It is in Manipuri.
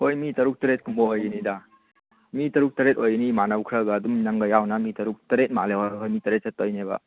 ꯍꯣꯏ ꯃꯤ ꯇꯔꯨꯛ ꯇꯔꯦꯠ ꯀꯨꯝꯕ ꯑꯣꯏꯒꯅꯤꯗ ꯃꯤ ꯇꯔꯨꯛ ꯇꯔꯦꯠ ꯑꯣꯏꯒꯅꯤ ꯏꯃꯥꯟꯅꯕ ꯈꯔꯒ ꯑꯗꯨꯝ ꯅꯪꯒ ꯌꯥꯎꯅ ꯃꯤ ꯇꯔꯨꯛ ꯇꯔꯦꯠ ꯃꯥꯜꯂꯦ ꯍꯣꯏ ꯍꯣꯏ ꯃꯤ ꯇꯔꯦꯠ ꯆꯠꯄꯒꯤꯅꯦꯕ